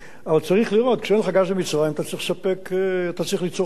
כשאין לך גז ממצרים אתה צריך ליצור חשמל מדלק אחר: